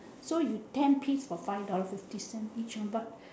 so you ten piece for five dollar fifty cents one but